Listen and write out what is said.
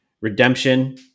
redemption